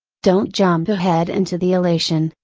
don't jump ahead into the elation,